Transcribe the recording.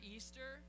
Easter